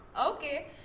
Okay